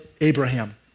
Abraham